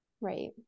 Right